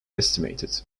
estimated